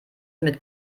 mit